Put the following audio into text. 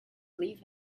leave